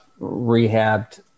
rehabbed